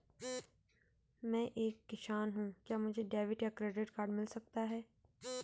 मैं एक किसान हूँ क्या मुझे डेबिट या क्रेडिट कार्ड मिल सकता है?